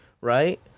right